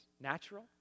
natural